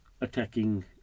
attacking